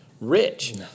rich